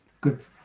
Good